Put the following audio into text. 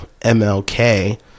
MLK